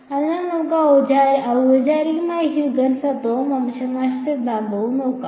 അതിനാൽ നമുക്ക് ഔപചാരികമായി ഹ്യൂഗൻസ് തത്വവും വംശനാശ സിദ്ധാന്തവും നോക്കാം